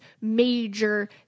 major